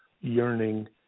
yearning